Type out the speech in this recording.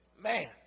Man